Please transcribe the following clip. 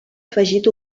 afegit